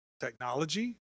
technology